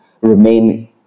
remain